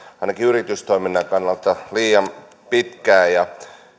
ainakin yritystoiminnan kannalta liian pitkään ja